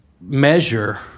measure